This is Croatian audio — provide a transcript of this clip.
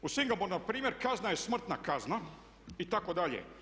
U Singapuru npr. kazna je smrtna kazna itd.